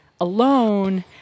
alone –